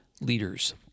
Leaders